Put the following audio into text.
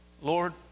Lord